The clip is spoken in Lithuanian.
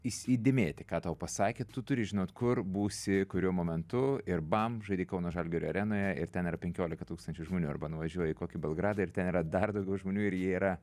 įsidėmėti ką tau pasakė tu turi žinot kur būsi kuriuo momentu ir bam žaidė kauno žalgirio arenoje ir ten yra penkiolika tūkstančių žmonių arba nuvažiuoja į kokį belgradą ir ten yra dar daugiau žmonių ir jie yra